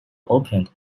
opened